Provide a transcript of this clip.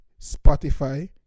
Spotify